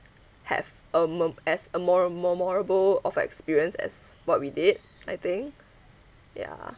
have a mer as a more memorable of experience as what we did I think ya